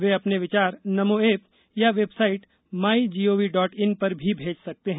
वे अपने विचार नमो एप या website my G O V dot in पर भी भेज सकते हैं